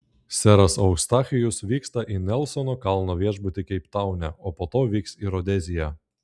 seras eustachijus vyksta į nelsono kalno viešbutį keiptaune o po to vyks į rodeziją